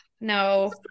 No